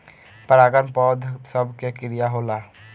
परागन पौध सभ के क्रिया होला